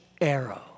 arrow